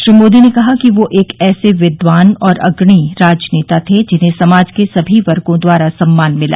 श्री मोदी ने कहा कि वे एक ऐसे विद्वान और अग्रणी राजनेता थे जिन्हें समाज के सभी वर्गों द्वारा सम्मान मिला